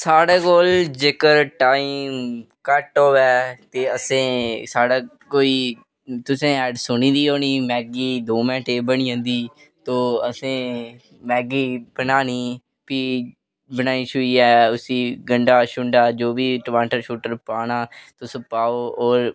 साढ़े कोल जेकर टाइम घट्ट होऐ ते असें साढे़ कोई तुसें ऐड सुनी दी होनी मैगी दो मिन्टे च बनी जंदी तो असें मैगी बनानी फ्ही बनाई छोई ऐ उसी गंढा शंडा जो बी टमाटर शमाटर पाना तुस पाओ और